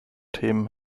themen